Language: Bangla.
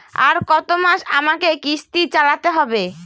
আর কতমাস আমাকে কিস্তি চালাতে হবে?